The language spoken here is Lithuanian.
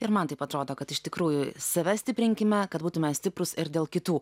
ir man taip atrodo kad iš tikrųjų save stiprinkime kad būtume stiprūs ir dėl kitų